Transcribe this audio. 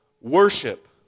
worship